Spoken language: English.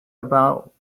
about